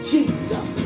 Jesus